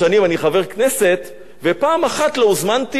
ופעם אחת לא הוזמנתי לאולפן אירוח בערוץ-10.